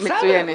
השנה מצוינת.